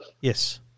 Yes